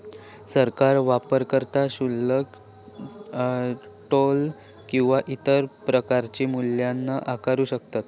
सरकार वापरकर्ता शुल्क, टोल किंवा इतर प्रकारचो मूल्यांकन आकारू शकता